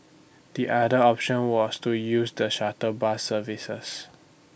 the other option was to use the shuttle bus services